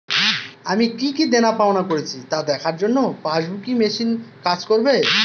আমি কি কি দেনাপাওনা করেছি তা দেখার জন্য পাসবুক ই মেশিন কাজ করবে?